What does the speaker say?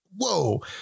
whoa